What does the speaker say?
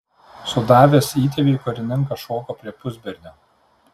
sudavęs įtėviui karininkas šoko prie pusbernio